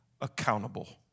accountable